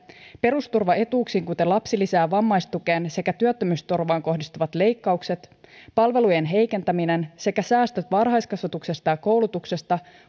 perusturvaetuuksiin kuten lapsilisään vammaistukeen sekä työttömyysturvaan kohdistuvat leikkaukset palvelujen heikentäminen sekä säästöt varhaiskasvatuksesta ja koulutuksesta